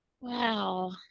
Wow